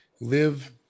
live